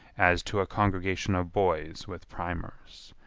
as to a congregation of boys with primers.